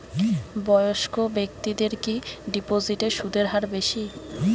বয়স্ক ব্যেক্তিদের কি ডিপোজিটে সুদের হার বেশি?